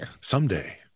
Someday